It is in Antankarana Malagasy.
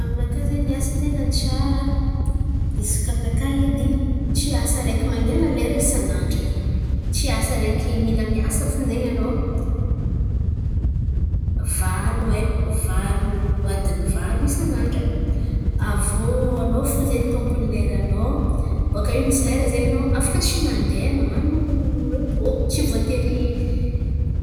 Aminakà zen̈y ny asa ten̈a ny tsara, izy kà aminakà edy tsy asa araiky man̈ian̈a lera isan'andra in̈y. Tsy asa araiky mila miasa fo zen̈y anao valo e- valo adiny valo isan'andra. Aviô anao fo zen̈y tômpiny leranao bòka iô misy lera zen̈y anao afaka tsy mandeha man̈ano repô tsy voatery